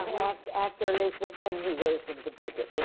after elizabeth, then who goes into budget?